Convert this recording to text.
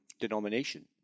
denomination